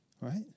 Right